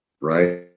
Right